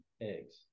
eggs